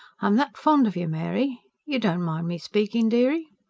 i'm that fond of you, mary you don't mind me speaking, dearie?